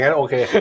okay